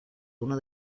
uno